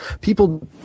people